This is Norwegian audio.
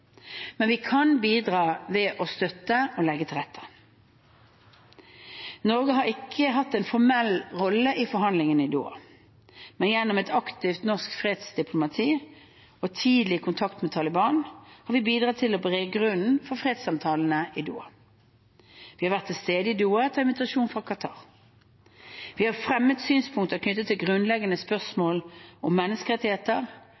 Men vi kan bidra ved å støtte og legge til rette. Norge har ikke hatt en formell rolle i forhandlingene i Doha, men gjennom et aktivt norsk fredsdiplomati og tidlig kontakt med Taliban har vi bidratt til å berede grunnen for fredssamtalene i Doha. Vi har vært til stede i Doha etter invitasjon fra Qatar. Vi har fremmet synspunkter knyttet til grunnleggende